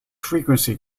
frequency